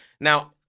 Now